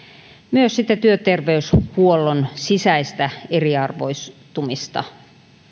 myös työterveyshuollon sisäistä eriarvoistumista